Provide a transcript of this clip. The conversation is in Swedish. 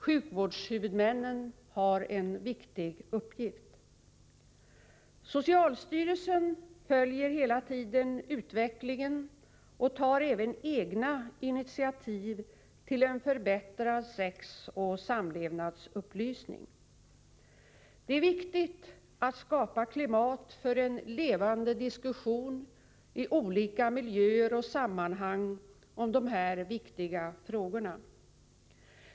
Sjukvårdshuvudmännen har en viktig uppgift. Socialstyrelsen följer hela tiden utvecklingen och tar även egna initiativ till en förbättrad sexoch samlevnadsupplysning. Det är viktigt att skapa klimat för en levande diskussion i olika miljöer och sammanhang om dessa viktiga frågor.